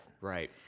Right